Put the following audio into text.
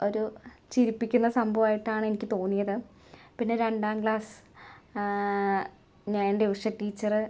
ഒരു ചിരിപ്പിക്കുന്ന സംഭവമായിട്ടാണ് എനിക്ക് തോന്നിയത് പിന്നെ രണ്ടാം ക്ലാസ് ഞാൻ എൻ്റെ ഉഷ ടീച്ചറ്